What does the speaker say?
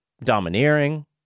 domineering